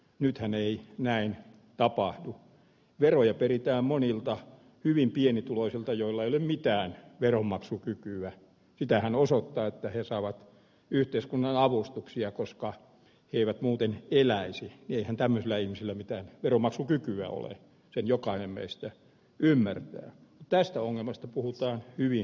nythän ei näin tapahdu veroja peritään monilta hyvin pienituloisilta joilla yli mitään veronmaksukykyä tytär on osoittaa että he saavat yhteiskunnan avustuksia koska eivät muuten millään sen lyhentämisellä ihmisillä mitään veronmaksukykyä ole jokainen meistä ymmärtää tästä ongelmasta puhutaan yli